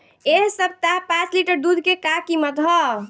एह सप्ताह पाँच लीटर दुध के का किमत ह?